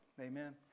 amen